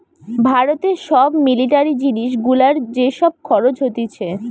ভারতে সব মিলিটারি জিনিস গুলার যে সব খরচ হতিছে